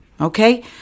okay